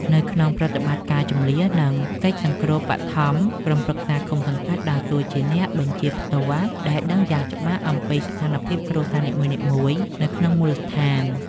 នៅក្នុងប្រតិបត្តិការជម្លៀស និងកិច្ចសង្គ្រោះបឋម ក្រុមប្រឹក្សាឃុំ-សង្កាត់ដើរតួជាអ្នកបញ្ជាផ្ទាល់ ដែលដឹងយ៉ាងច្បាស់អំពីស្ថានភាពគ្រួសារនីមួយៗនៅក្នុងមូលដ្ឋាន។